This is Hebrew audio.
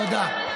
תודה.